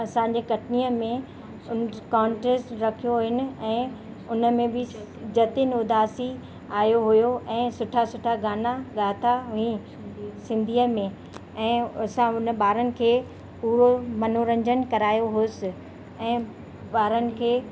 असांजे कटनीअ में कॉन्टेस्ट रखियो हुयुनि ऐं उन में बि जतिन उदासी आयो हुयो ऐं सुठा सुठा गाना ॻाया हुयईं सिंधीअ में ऐं असां हुन ॿारनि खे पूरो मनोरंजन करायो हुयुसि ऐं ॿारनि खे